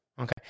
Okay